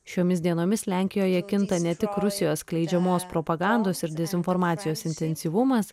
šiomis dienomis lenkijoje kinta ne tik rusijos skleidžiamos propagandos ir dezinformacijos intensyvumas